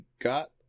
got